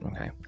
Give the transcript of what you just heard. okay